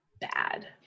bad